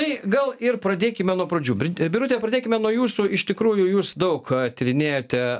tai gal ir pradėkime nuo pradžių bri birute pradėkime nuo jūsų iš tikrųjų jūs daug tyrinėjate